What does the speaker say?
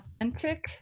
Authentic